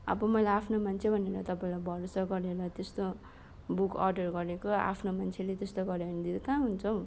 अब मलाई आफ्नो मान्छे भनेर तपाईँलाई भरोसा गरेर त्यस्तो बुक अर्डर गरेको आफ्नो मान्छेले त्यस्तो गऱ्यो भन्देखि कहाँ हुन्छ हौ